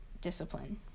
discipline